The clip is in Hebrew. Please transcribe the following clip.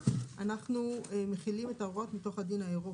אנחנו מחילים את ההוראות מתוך הדין האירופי,